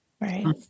right